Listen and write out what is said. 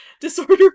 disorder